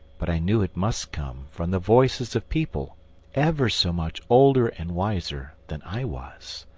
but i knew it must come from the voices of people ever so much older and wiser than i was.